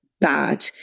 bad